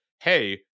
Hey